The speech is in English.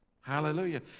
Hallelujah